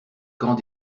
quand